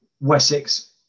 Wessex